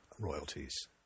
royalties